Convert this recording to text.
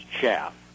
chaff